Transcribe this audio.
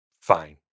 fine